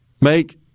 make